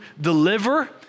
deliver